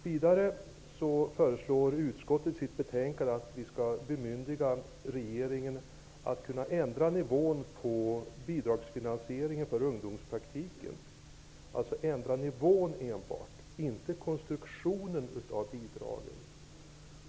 Vidare föreslår utskottet i sitt betänkande att regeringen skall bemyndigas att kunna ändra nivån på bidragsfinansieringen för ungdomspraktiken, alltså att enbart ändra nivån men inte konstruktionen av bidraget.